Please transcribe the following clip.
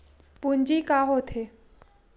पूंजी का होथे?